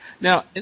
Now